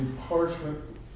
parchment